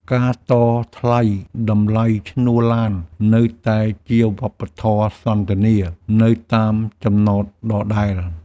ការតថ្លៃតម្លៃឈ្នួលឡាននៅតែជាវប្បធម៌សន្ទនានៅតាមចំណតដដែល។